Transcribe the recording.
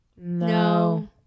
No